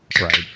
right